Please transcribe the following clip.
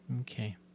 Okay